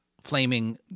flaming